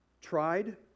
tried